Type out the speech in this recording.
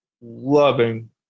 loving